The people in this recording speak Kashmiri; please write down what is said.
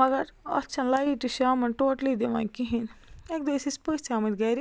مگر اَتھ چھَنہٕ لایٹہٕ شامَن ٹوٹلی دِوان کِہیٖنۍ اَکہِ دۄہ ٲسۍ اَسہِ پٔژھۍ آمٕتۍ گَرِ